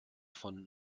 von